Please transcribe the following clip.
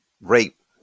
rape